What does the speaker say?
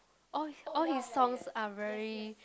all all his songs are very